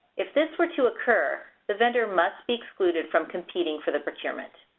if this were to occur, the vendor must be excluded from competing for the procurement.